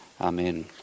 Amen